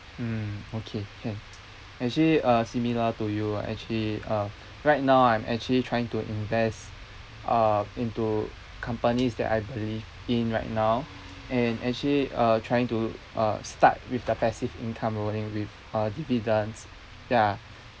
mm okay can actually uh similar to you ah actually uh right now I'm actually trying to invest uh into companies that I believe in right now and actually uh trying to uh start with the passive income rolling with uh dividends ya